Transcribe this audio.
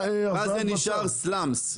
ואז זה נשאר סלאמס,